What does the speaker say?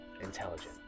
intelligent